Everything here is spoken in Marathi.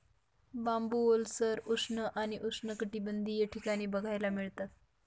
बांबू ओलसर, उष्ण आणि उष्णकटिबंधीय ठिकाणी बघायला मिळतात